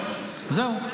--- זהו.